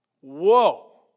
Whoa